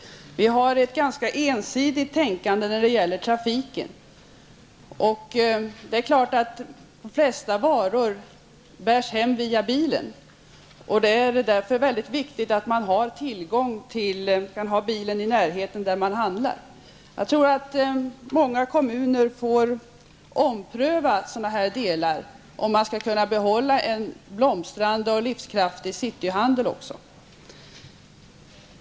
Vi har ett ganska ensidigt tänkande när det gäller trafiken. Det är klart att de flesta varor ''bärs hem'' via bilen. Det är därför viktigt att man kan ha bilen i närheten av butikerna där man handlar. Jag tror att många kommuner får ompröva sådana saker om de skall kunna behålla en blomstrande och livskraftig cityhandel.